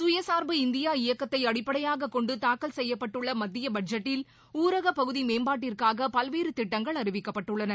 கய சார்பு இந்தியா இயக்கத்தை அடிப்படையாகக் கொண்டு தாக்கல் செய்யப்பட்டுள்ள மத்திய பட்ஜெட்டில் ஊரகப் பகுதி மேம்பாட்டிற்காக பல்வேறு திட்டங்கள் அறிவிக்கப்பட்டுள்ளன